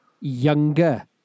younger